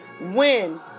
Win